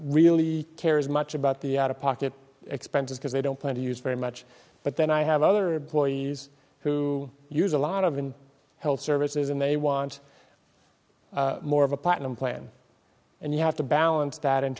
really care as much about the out of pocket expenses because they don't plan to use very much but then i have other employees who use a lot of in health services and they want more of a platinum plan and you have to balance that in